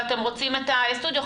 ואתם רוצים את הסטודיו.